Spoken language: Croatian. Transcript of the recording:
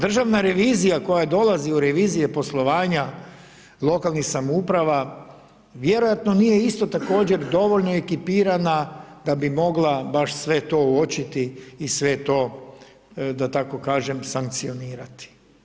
Državna revizija koja dolazi u revizije poslovanja lokalnih samouprava, vjerojatno nije isto također dovoljno ekipirana da bi mogla baš sve to uočiti i sve to, da tako kažem sankcionirati.